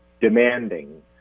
demanding